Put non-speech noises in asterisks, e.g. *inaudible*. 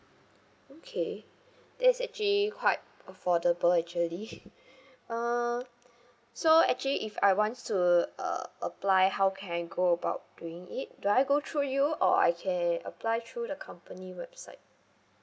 okay that is actually quite affordable actually *laughs* uh so actually if I want to uh apply how can go about doing it do I go through you or I can apply through the company website